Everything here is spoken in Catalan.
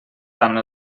tant